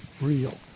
real